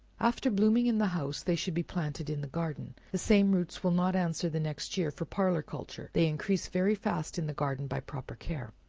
after blooming in the house, they should be planted in the garden. the same roots will not answer the next year for parlor culture, they increase very fast in the garden by proper care.